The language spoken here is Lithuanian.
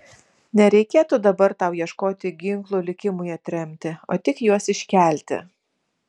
nereikėtų dabar tau ieškoti ginklų likimui atremti o tik juos iškelti